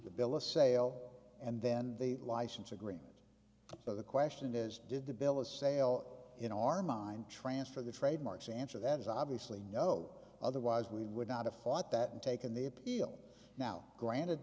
the bill a sale and then the license agreement so the question is did the bill of sale in our mind transfer the trademarks answer that is obviously no otherwise we would not have fought that and taken the appeal now granted